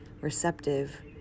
receptive